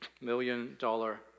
million-dollar